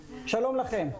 לכם.